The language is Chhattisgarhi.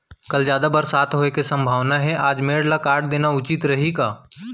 कल जादा बरसात होये के सम्भावना हे, आज मेड़ ल काट देना उचित रही का?